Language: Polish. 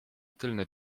tylne